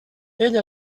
ell